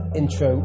intro